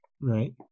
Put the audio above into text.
Right